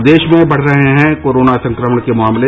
प्रदेश में बढ़ रहे हैं कोरोना संक्रमण के मामले